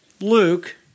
Luke